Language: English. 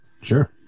Sure